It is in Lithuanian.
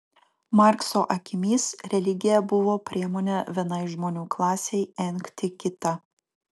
markso akimis religija buvo priemonė vienai žmonių klasei engti kitą